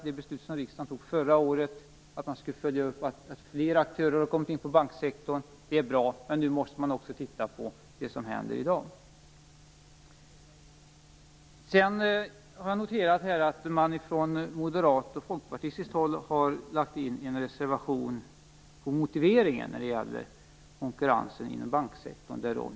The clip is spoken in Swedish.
Det beslut riksdagen fattade förra året att följa upp att fler aktörer har kommit in i banksektorn är bra. Men nu måste man också titta på vad som händer i dag. Jag har noterat att man från moderat och folkpartistiskt håll har lagt in en reservation på motiveringen i fråga om konkurrensen inom banksektorn.